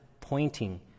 pointing